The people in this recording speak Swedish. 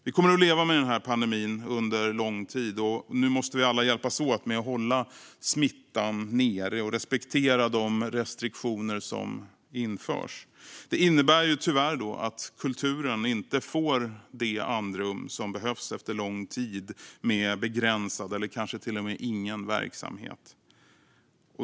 Vi kommer att leva med denna pandemi under lång tid, och nu måste vi alla hjälpas åt med att hålla smittan nere och respektera de restriktioner som införs. Det innebär tyvärr att kulturen inte får det andrum som behövs efter lång tid med begränsad, eller kanske till och med ingen, verksamhet.